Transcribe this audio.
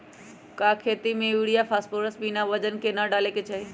का खेती में यूरिया फास्फोरस बिना वजन के न डाले के चाहि?